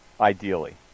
Ideally